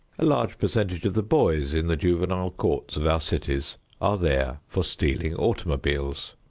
a large percentage of the boys in the juvenile courts of our cities are there for stealing automobiles.